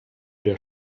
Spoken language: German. der